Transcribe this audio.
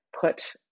put